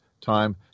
time